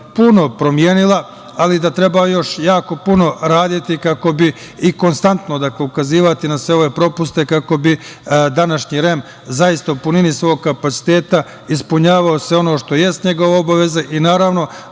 puno promenila, ali da treba još jako puno raditi i konstantno ukazivati na sve ove propuste kako bi današnji REM u punom kapacitetu ispunjavao sve ono što jeste njegova obaveza i osnažiti